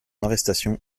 arrestation